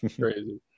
Crazy